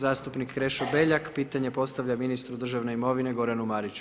Zastupnik Krešo Beljak, pitanje postavlja ministru državne imovine, Goranu Mariću.